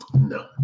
no